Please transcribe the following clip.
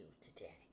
today